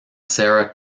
sarah